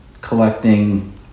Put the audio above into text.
collecting